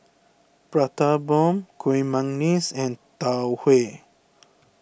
Prata Bomb Kueh Manggis and Tau Huay